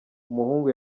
umuhungu